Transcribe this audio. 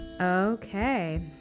Okay